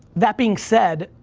that being said,